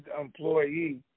employee